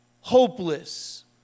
hopeless